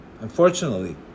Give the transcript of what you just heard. Unfortunately